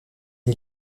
est